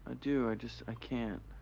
do, i just, i can't.